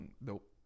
Nope